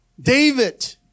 David